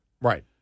Right